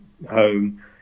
home